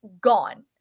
gone